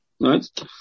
Right